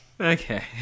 Okay